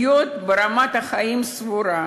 לחיות ברמת חיים סבירה.